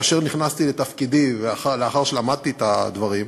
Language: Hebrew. כאשר נכנסתי לתפקידי, ולאחר שלמדתי את הדברים,